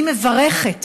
אני מברכת